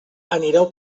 anireu